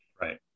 right